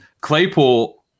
Claypool